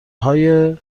های